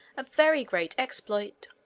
a very great exploit.